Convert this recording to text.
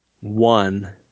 one